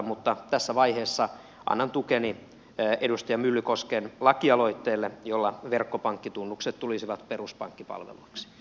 mutta tässä vaiheessa annan tukeni edustaja myllykosken lakialoitteelle jolla verkkopankkitunnukset tulisivat peruspankkipalveluksi